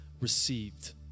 received